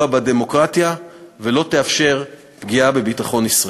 בדמוקרטיה ולא תאפשר פגיעה בביטחון ישראל.